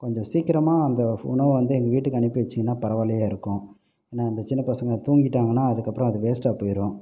கொஞ்சம் சீக்கிரமாக அந்த ஃபு உணவ வந்து எங்கள் வீட்டுக்கு அனுப்பி வச்சுங்கன்னா பரவாயில்லையா இருக்கும் ஏன்னால் அந்த சின்ன பசங்க தூங்கிட்டாங்கன்னா அதுக்கப்புறம் அது வேஸ்ட்டாக போயிரும்